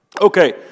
Okay